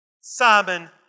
Simon